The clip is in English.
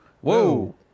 whoa